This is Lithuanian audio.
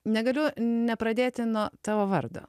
negaliu nepradėti nuo tavo vardo